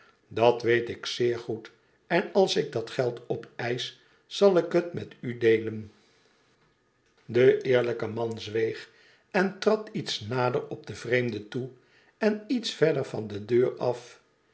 dat weet ik zeer goed en als ik dat geld opeisch zal ik het met u deelen de eerlijke man zweeg en trad iets nader op den vreemde toe en iets verder van de deur af